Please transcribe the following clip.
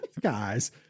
Guys